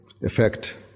effect